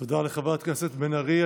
תודה לחברת הכנסת בן ארי.